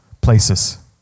places